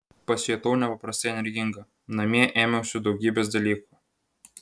pasijutau nepaprastai energinga namie ėmiausi daugybės dalykų